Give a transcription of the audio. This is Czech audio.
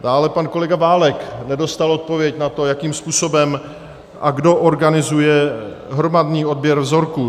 Dále pan kolega Válek nedostal odpověď na to, jakým způsobem a kdo organizuje hromadný odběr vzorků.